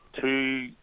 two